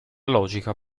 logica